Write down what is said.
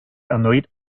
erneut